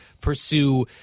pursue